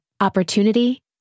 opportunity